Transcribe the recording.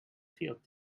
field